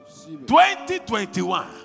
2021